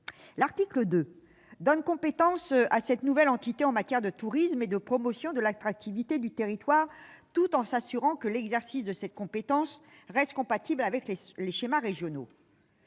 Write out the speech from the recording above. L'article 2 donne compétence à cette nouvelle entité en matière de tourisme et de promotion de l'attractivité du territoire, tout en s'assurant que l'exercice de cette compétence reste compatible avec les schémas régionaux.